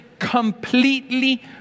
completely